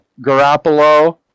Garoppolo